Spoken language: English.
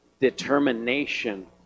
determination